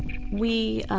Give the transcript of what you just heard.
we,